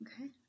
okay